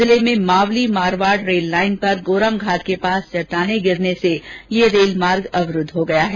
जिले में Mavli Marwar rail line पर गोरम घाट के पास चट्टाने गिरने से ये रेल मार्ग अवरुद्व हो गया है